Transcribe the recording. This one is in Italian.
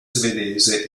svedese